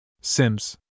Sims